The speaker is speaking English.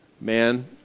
Man